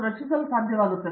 ಪ್ರತಾಪ್ ಹರಿಡೋಸ್ ಸರಿ ಸರಿ